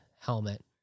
helmet